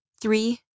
three